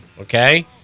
Okay